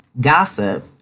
gossip